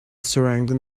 surrounding